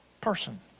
person